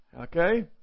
okay